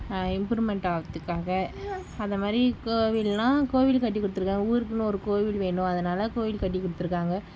improvement ஆவறதுக்காக அதை மாதிரி கோவில்ன்னா கோவில் கட்டி கொடுத்துருக்காங்க ஊருக்குன்னு ஒரு கோவில் வேணும் அதனால் கோயில் கட்டி கொடுத்துருக்காங்க